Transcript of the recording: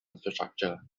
infrastructure